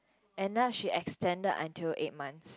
and now she extended until eight months